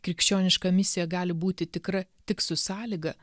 krikščioniška misija gali būti tikra tik su sąlyga